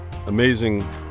amazing